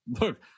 look